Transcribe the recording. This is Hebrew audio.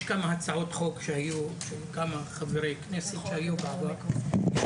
יש גם הצעות חוק שהיו כמה חברי כנסת שהיו בעבר.